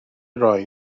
roi